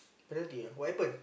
penalty ah what happened